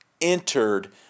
entered